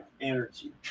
energy